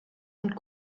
und